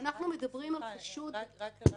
כשאנחנו מדברים על חשוד --- רק הבהרה,